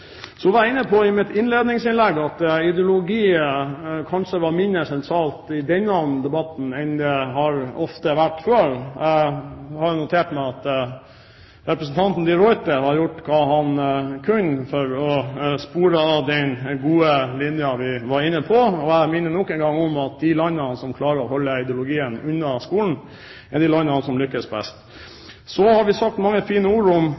Så var jeg inne på i mitt første innlegg at ideologi kanskje var mindre sentralt i denne debatten enn det ofte har vært før. Jeg har notert meg at representanten de Ruiter har gjort hva han kan for å spore av den gode linjen vi var inne på, og jeg minner nok en gang om at de landene som klarer å holde ideologien unna skolen, er de landene som lykkes best. Vi har sagt mange fine ord om